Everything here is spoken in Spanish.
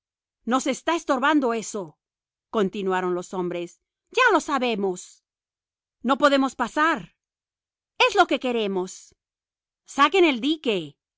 nos está estorbando eso continuaron los hombres ya lo sabemos no podemos pasar es lo que queremos saquen el dique